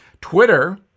Twitter